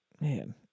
Man